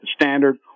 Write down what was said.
standard